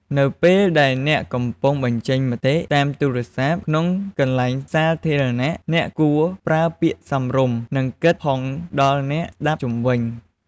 នៅពេលដែលអ្នកកំពុងបញ្ចេញមតិតាមទូរស័ព្ទក្នុងកន្លែងសាធារណៈ អ្នកគួរប្រើពាក្យសមរម្យ និងគិតផងដល់អ្នកស្ដាប់ជុំវិញ។